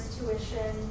tuition